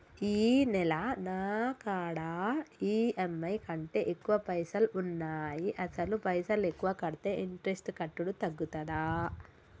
ఈ నెల నా కాడా ఈ.ఎమ్.ఐ కంటే ఎక్కువ పైసల్ ఉన్నాయి అసలు పైసల్ ఎక్కువ కడితే ఇంట్రెస్ట్ కట్టుడు తగ్గుతదా?